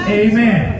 amen